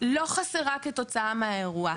לא חסרה כתוצאה מהאירוע.